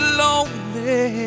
lonely